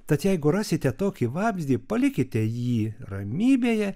tad jeigu rasite tokį vabzdį palikite jį ramybėje